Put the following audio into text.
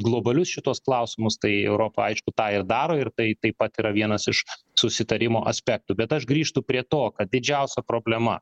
globalius šituos klausimus tai europa aišku tą ir daro ir tai taip pat yra vienas iš susitarimo aspektų bet aš grįžtu prie to kad didžiausia problema